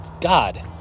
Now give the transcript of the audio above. God